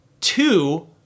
two